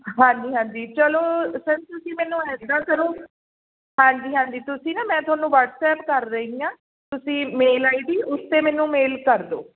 ਹਾਂਜੀ ਹਾਂਜੀ ਚਲੋ ਸਰ ਤੁਸੀਂ ਮੈਨੂੰ ਇੱਦਾਂ ਕਰੋ ਹਾਂਜੀ ਹਾਂਜੀ ਤੁਸੀਂ ਨਾ ਮੈਂ ਤੁਹਾਨੂੰ ਵਟਸਐਪ ਕਰ ਰਹੀ ਹਾਂ ਤੁਸੀਂ ਮੇਲ ਆਈ ਡੀ ਉਸ 'ਤੇ ਮੈਨੂੰ ਮੇਲ ਕਰ ਦਿਉ